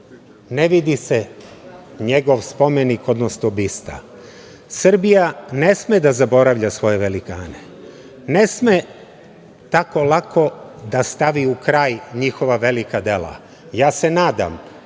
ne vidi se njegov spomenik, odnosno bista. Srbija ne sme da zaboravlja svoje velikane. Ne sme tako lako da stavi u kraj njihova velika dela. Nadam